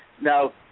Now